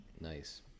nice